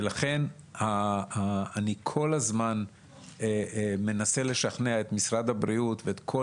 לכן אני כל הזמן מנסה לשכנע את משרד הבריאות ואת כל